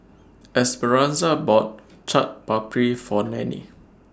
Esperanza bought Chaat Papri For Nannie